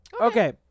Okay